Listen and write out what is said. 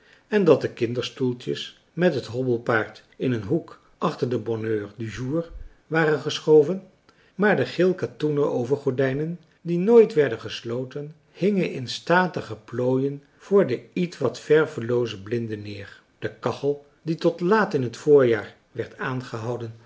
en dat de kinderstoeltjes met het hobbelpaard in een hoek achter den bonheur du jour waren geschoven maar de geel katoenen overgordijnen die nooit werden gesloten hingen in statige plooien voor de ietwat vervelooze blinden neer de kachel die tot laat in het voorjaar werd aangehouden